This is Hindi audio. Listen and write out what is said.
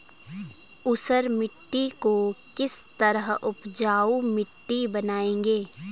ऊसर मिट्टी को किस तरह उपजाऊ मिट्टी बनाएंगे?